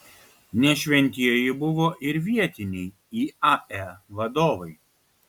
ne šventieji buvo ir vietiniai iae vadovai